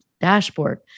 dashboard